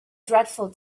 dreadful